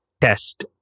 test